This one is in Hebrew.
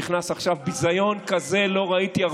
שנכנס עכשיו: ביזיון כזה לא ראיתי הרבה זמן.